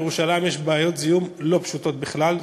בירושלים יש בעיות זיהום לא פשוטות בכלל,